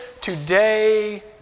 today